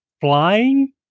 flying